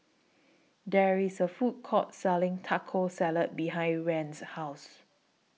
There IS A Food Court Selling Taco Salad behind Rand's House